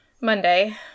Monday